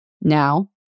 Now